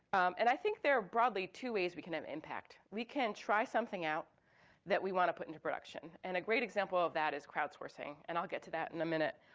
and i think there are broadly two ways we can have impact. we can try something out that we wanna put into production. and a great example of that is crowdsourcing. and i'll get to that in a minute.